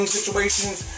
situations